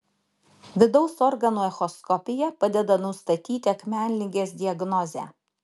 vidaus organų echoskopija padeda nustatyti akmenligės diagnozę